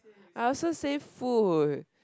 I also say food